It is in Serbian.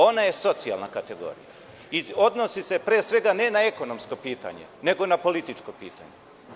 Ona je socijalna kategorija i odnosi se pre svega, ne na ekonomsko pitanje, nego na političko pitanje.